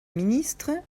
ministre